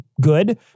good